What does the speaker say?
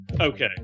okay